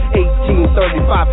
1835